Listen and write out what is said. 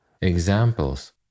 examples